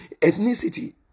ethnicity